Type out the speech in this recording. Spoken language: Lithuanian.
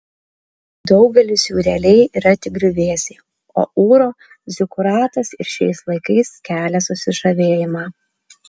daugelis jų realiai yra tik griuvėsiai o ūro zikuratas ir šiais laikais kelia susižavėjimą